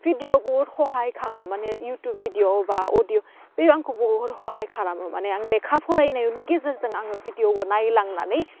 video बुहुथ हहाय खामो माने इउटिउब भिडिअ एबा अदिअ बे आंखौ बुहुथ हहाय खालामो माने आं लेखा फरायनायनि गेजेरजों आङो भिडिअबो नायलांनानै